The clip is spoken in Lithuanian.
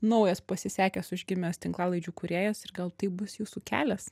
naujas pasisekęs užgimęs tinklalaidžių kūrėjas ir gal tai bus jūsų kelias